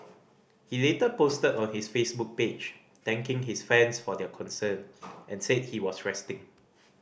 he later posted on his Facebook page thanking his fans for their concern and said he was resting